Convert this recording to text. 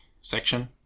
section